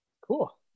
cool